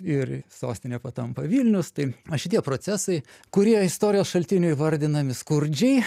ir sostine patampa vilnius tai šitie procesai kurie istorijos šaltinių įvardinami skurdžiai